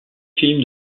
film